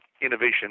innovation